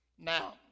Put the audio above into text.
Now